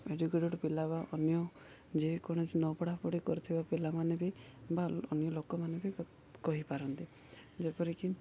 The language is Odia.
ଏଜୁକେଟେଡ଼୍ ପିଲା ବା ଅନ୍ୟ ଯେକୌଣସି ନପଢ଼ାପଢ଼ି କରୁଥିବା ପିଲାମାନେ ବି ବା ଅନ୍ୟ ଲୋକମାନେ ବି କହିପାରନ୍ତି ଯେପରିକି